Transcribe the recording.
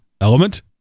Element